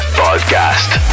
podcast